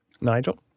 Nigel